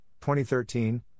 2013